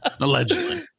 allegedly